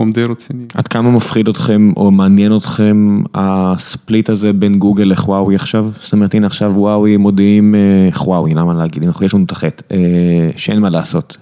די רציני. עד כמה מפחיד אתכם, או מעניין אתכם, הספליט הזה בין גוגל לחוואוי עכשיו? זאת אומרת, הנה עכשיו וואוי מודיעים, חוואוי, למה להגיד? אנחנו יש לנו את הח'. שאין מה לעשות.